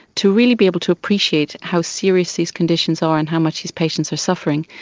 to really be able to appreciate how serious these conditions are and how much these patients are suffering.